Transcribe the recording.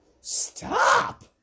Stop